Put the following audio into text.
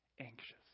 anxious